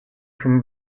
from